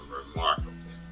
remarkable